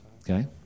Okay